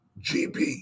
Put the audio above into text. GB